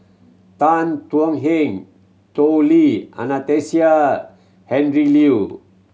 Tan Thuan Heng Tao Li Anastasia Liew